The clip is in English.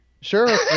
Sure